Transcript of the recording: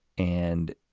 and